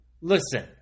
Listen